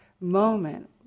moment